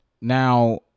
Now